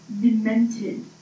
demented